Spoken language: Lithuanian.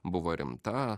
buvo rimta